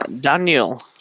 Daniel